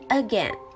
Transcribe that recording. again